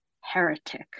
Heretic